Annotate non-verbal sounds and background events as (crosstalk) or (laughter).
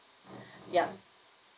(breath) yup